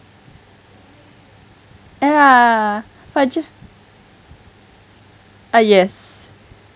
ya but just ah yes